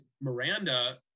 Miranda